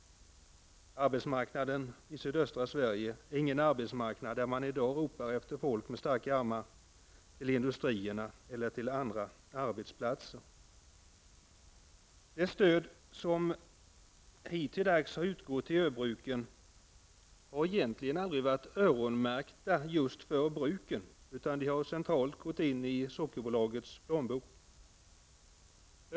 Arbetsmarknaden i sydöstra Sverige är ingen arbetsmarknad där man i dag ropar efter folk med starka armar till industrierna eller andra arbetsplatser. Det stöd som hittills har utgått till öbruken har egentligen aldrig varit öronmärkt för bruken, utan det har gått in i sockerbolagets plånbok centralt.